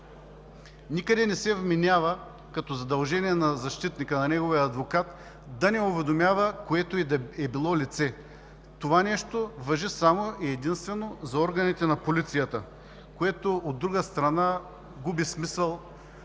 никъде не се вменява като задължение на защитника, неговия адвокат, да не уведомява което и да е било лице. Това нещо важи само и единствено за органите на полицията, а, от друга страна, губи смисъл